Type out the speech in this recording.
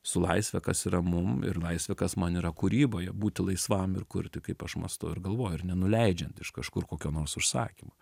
su laisve kas yra mum ir laisvė kas man yra kūryboje būti laisvam ir kurti kaip aš mąstau ir galvoju ir nenuleidžiant iš kažkur kokio nors užsakymo